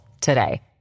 today